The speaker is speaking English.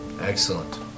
Excellent